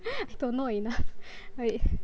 I don't know enough wait